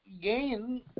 gain